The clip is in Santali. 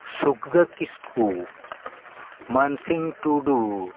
ᱥᱩᱠᱫᱟᱹ ᱠᱤᱥᱠᱩ ᱢᱟᱱᱥᱤᱝ ᱴᱩᱰᱩ